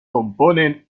componen